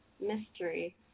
Mystery